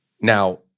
Now